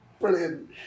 Brilliant